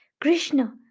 Krishna